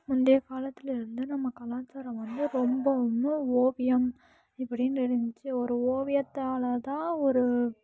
முந்தைய காலத்துலிருந்து நம்ம கலாச்சாரம் வந்து ரொம்பவுமே ஓவியம் இப்படினு இருஞ்சு ஒரு ஓவியத்தால்தான் ஒரு